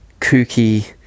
kooky